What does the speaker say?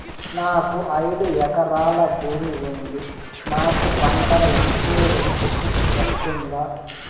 నాకు ఐదు ఎకరాల భూమి ఉంది నాకు పంటల ఇన్సూరెన్సుకు వస్తుందా?